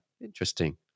interesting